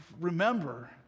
remember